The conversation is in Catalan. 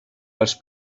els